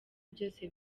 byose